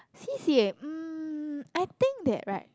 C_C_A um I think that right